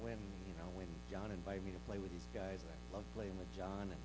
when you know when john invited me to play with these guys love playing with john